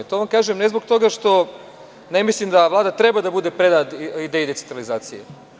To vam kažem ne zbog toga što ne mislim da Vlada treba da bude predana ideji decentralizacije.